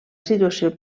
situació